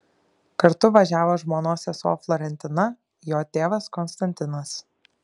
kartu važiavo žmonos sesuo florentina jo tėvas konstantinas